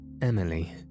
Emily